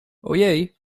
ojej